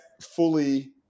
fully